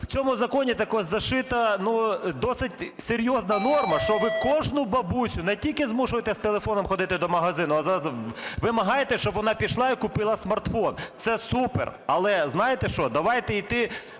В цьому законі також "зашита" досить серйозна норма, щоби кожну бабусю не тільки змушуєте з телефоном ходити до магазину, а вимагаєте, щоб вона пішла і купила смартфон. Це супер. Але, знаєте, що, давайте йти